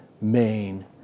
main